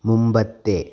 മുമ്പത്തെ